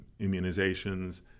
immunizations